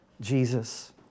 Jesus